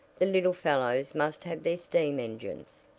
the little fellows must have their steam engines.